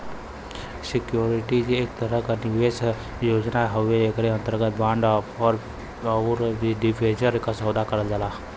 securities एक तरह एक निवेश के योजना हउवे एकरे अंतर्गत बांड आउर डिबेंचर क सौदा करल जाला